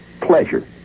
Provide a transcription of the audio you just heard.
pleasure